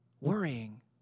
Worrying